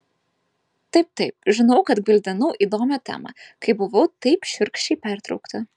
taip taip žinau kad gvildenau įdomią temą kai buvau taip šiurkščiai pertraukta